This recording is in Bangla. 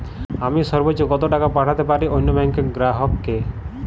আমি সর্বোচ্চ কতো টাকা পাঠাতে পারি অন্য ব্যাংক র গ্রাহক কে?